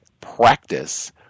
practice